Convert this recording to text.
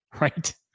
right